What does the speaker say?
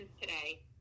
today